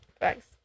Thanks